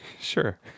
Sure